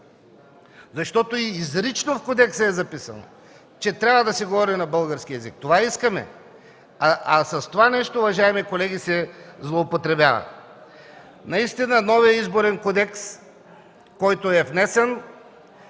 Изрично е записано в кодекса, че трябва да се говори на български език – това искаме. А с това нещо, уважаеми колеги, се злоупотребява. Наистина, новият Изборен кодекс, който е внесен,